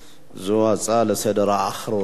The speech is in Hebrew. זו ההצעה האחרונה לסדר-היום.